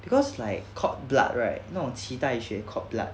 because like cord blood right 那种脐带血 cord blood